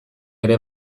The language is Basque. ere